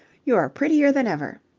you're prettier than ever.